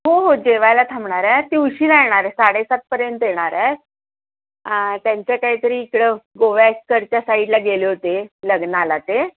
हो हो जेवायला थांबणार आहे ती उशीरा येणार आहे साडे सातपर्यंत येणार आहे त्यांच्या काहीतरी इकडं गोव्यास्करच्या साईडला गेले होते लग्नाला ते